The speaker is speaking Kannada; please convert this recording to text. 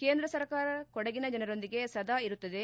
ಕೇಂದ್ರ ಸರ್ಕಾರ ಕೊಡಗಿನ ಜನರೊಂದಿಗೆ ಸದಾ ಇರುತ್ತದೆ